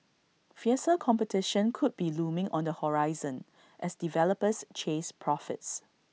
fiercer competition could be looming on the horizon as developers chase profits